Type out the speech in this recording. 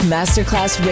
Masterclass